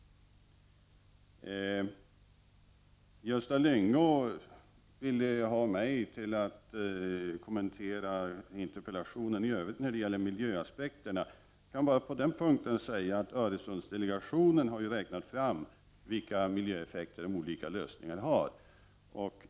Gösta Lyngå ville ha mig till att kommentera interpellationen i övrigt när det gäller miljöaspekterna. Jag kan på den punkten bara säga att Öresundsdelegationen har räknat fram vilka miljöeffekter olika lösningar har.